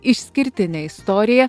išskirtinė istorija